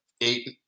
eight